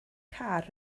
car